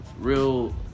real